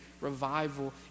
revival